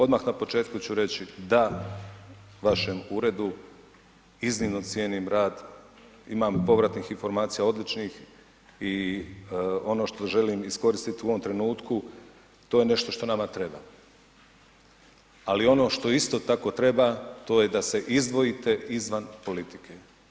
Odmah na početku ću reći da vašem uredu, iznimno cijenim rad, imam povratnih informacija odličnih i ono što želim iskoristi u ovom trenutku to je nešto što nama treba, ali ono što isto tako treba to je da se izdvojite izvan politike.